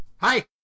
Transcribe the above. Hi